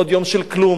עוד יום של כלום.